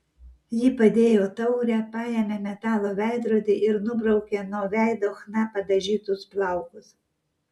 ji padėjo taurę paėmė metalo veidrodį ir nubraukė nuo veido chna padažytus plaukus